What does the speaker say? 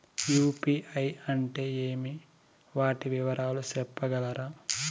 UPI అంటే ఏమి? వాటి వివరాలు సెప్పగలరా?